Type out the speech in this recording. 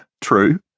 True